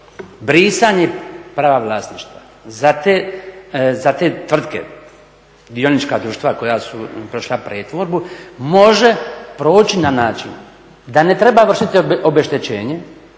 brisanje prava vlasništva za te tvrtke, dionička društva koja su prošla pretvorbu, može proći na način da ne treba vršiti obeštećenje